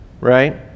right